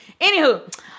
Anywho